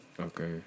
Okay